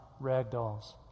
ragdolls